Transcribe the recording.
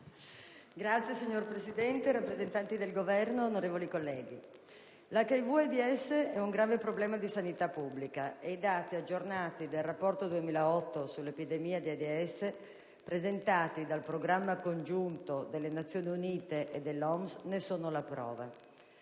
Signor Presidente, rappresentante del Governo, onorevoli colleghi, l'HIV/AIDS è un grave problema di sanità pubblica e i dati aggiornati del rapporto 2008 sull'epidemia di AIDS, presentati dal programma congiunto delle Nazioni Unite e dell'OMS, ne sono la prova: